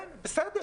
כן, בסדר.